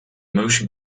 motion